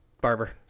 Barber